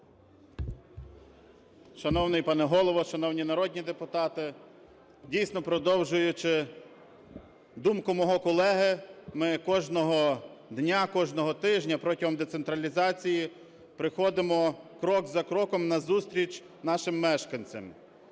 Шановний пане Голово! Шановні народні депутати! Дійсно, продовжуючи думку мого колеги, ми кожного дня, кожного тижня протягом децентралізації приходимо крок за кроком назустріч нашим мешканцям.